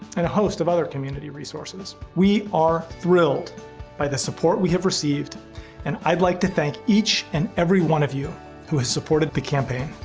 and a host of other community resources. we are thrilled by the support we have received and i'd like to thank each and every one of you who has supported the campaign.